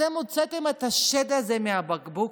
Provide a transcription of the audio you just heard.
אתם הוצאתם את השד הזה מהבקבוק.